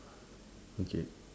okay